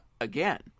again